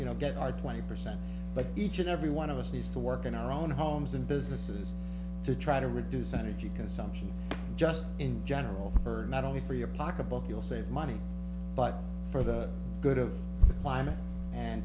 you know get our twenty percent but each and every one of us needs to work in our own homes and businesses to try to reduce energy consumption just in general are not only for your pocketbook you'll save money but for the good of the climate and